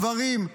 גברים,